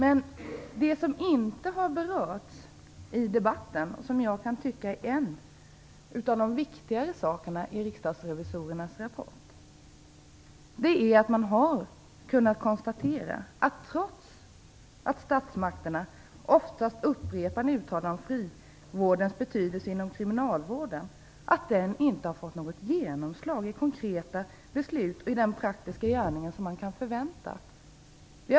Vad som inte berörts i debatten och som jag tycker är en av de viktigare sakerna i riksdagsrevisorernas rapport är att man har kunnat konstatera att trots att statsmakterna ofta upprepar uttalanden om frivårdens betydelse inom kriminalvården har frivården inte fått det genomslag i konkreta beslut och i den praktiska gärningen som kunde förväntas.